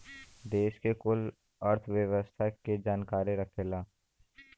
देस के कुल अर्थव्यवस्था के जानकारी रखेला